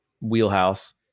wheelhouse